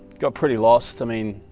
got pretty lost i mean